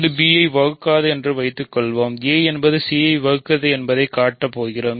அது b ஐப் வகுக்காது என்று வைத்துக்கொள்வோம் a என்பது c ஐ வகுக்கிறது என்பதைக் காட்டப் போகிறோம்